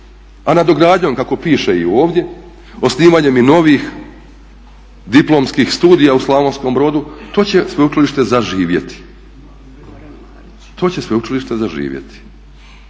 a nadogradnjom kako piše i ovdje osnivanjem i novih diplomskih studija u Slavonskom Brodu to će sveučilište zaživjeti. Govorim o jednoj